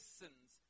sins